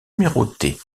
numérotés